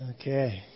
Okay